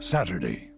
Saturday